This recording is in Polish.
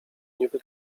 niby